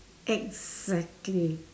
exactly